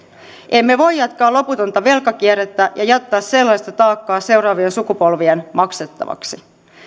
emme voi jatkaa loputonta velkakierrettä ja jättää sellaista taakkaa seuraavien sukupolvien maksettavaksi